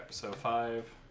so five